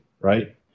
right